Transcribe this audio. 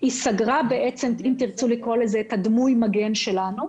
היא סגרה למעשה את הדמוי-מגן שלה,